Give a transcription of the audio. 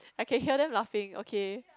I can hear them laughing okay